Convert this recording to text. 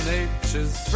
Nature's